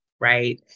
Right